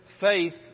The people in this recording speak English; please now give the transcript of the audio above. faith